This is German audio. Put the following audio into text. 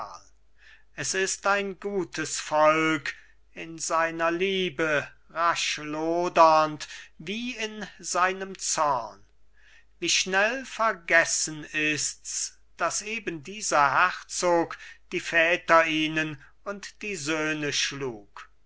es ist ein gutes volk in seiner liebe raschlodernd wie in seinem zorn wie schnell vergessen ists daß eben dieser herzog die väter ihnen und die söhne schlug